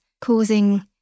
causing